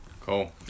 Cool